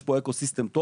יש פה Eco system טוב,